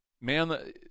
man